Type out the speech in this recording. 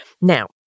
Now